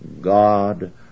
God